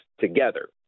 together